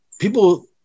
people